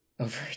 over